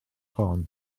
hon